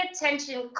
attention